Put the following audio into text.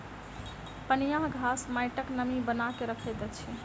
पनियाह घास माइटक नमी बना के रखैत अछि